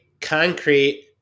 concrete